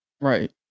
Right